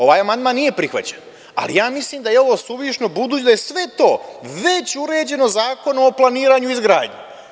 Ovaj amandman nije prihvaćen, ali ja mislim da je ovo suvišno, budući da je sve to već uređeno Zakonom o planiranju i izgradnji.